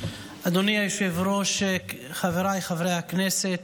אדוני היושב-ראש, חבריי חברי הכנסת,